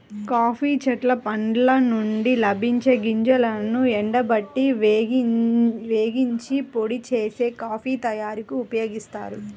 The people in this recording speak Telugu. కాఫీ చెట్ల పండ్ల నుండి లభించే గింజలను ఎండబెట్టి, వేగించి, పొడి చేసి, కాఫీ తయారీకి ఉపయోగిస్తారు